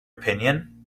opinion